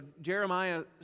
Jeremiah